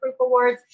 ProofAwards